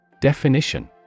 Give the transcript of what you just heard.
Definition